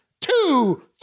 two